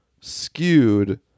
skewed